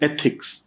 Ethics